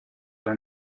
alla